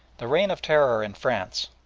the reign of terror in france,